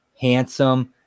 handsome